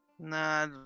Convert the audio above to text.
Nah